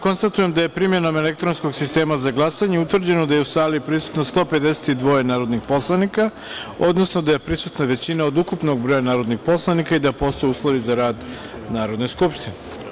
Konstatujem da je, primenom elektronskog sistema za glasanje, utvrđeno da je u sali prisutno 152 narodnih poslanika, odnosno da je prisutna većina od ukupnog broja svih narodnih poslanika i da postoje uslovi za rad Narodne skupštine.